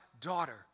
daughter